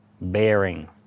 bearing